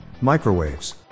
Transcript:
Microwaves